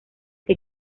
que